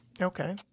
Okay